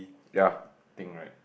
thing right